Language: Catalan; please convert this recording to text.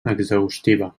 exhaustiva